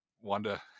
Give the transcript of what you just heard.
Wanda